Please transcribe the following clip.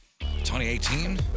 2018